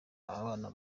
abana